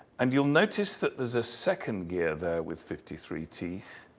and you'll notice that there's a second gear there with fifty three teeth.